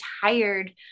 tired